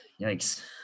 Yikes